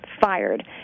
fired